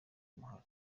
umuhari